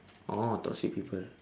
oh toxic people